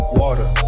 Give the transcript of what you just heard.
water